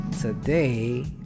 Today